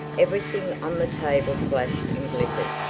everything on the table flashed and glittered.